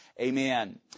Amen